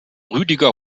rüdiger